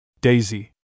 Daisy